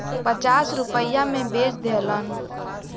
पचास रुपइया मे बेच देहलन